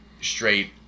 straight